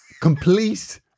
complete